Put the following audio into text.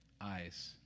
eyes